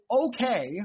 okay